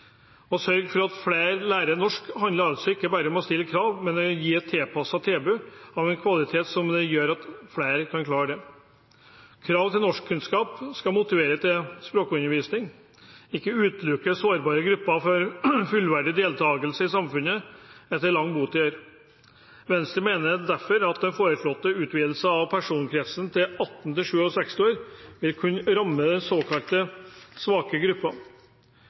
Å sørge for at flere lærer norsk, handler altså ikke bare om å stille krav, men om å gi et tilpasset tilbud av en kvalitet som gjør at flere kan klare det. Krav til norskkunnskap skal motivere til språkundervisning, ikke utelukke sårbare grupper fra fullverdig deltakelse i samfunnet etter lang botid her. Venstre mener derfor at den foreslåtte utvidelsen av personkretsen til 18–67 år vil kunne ramme såkalte svake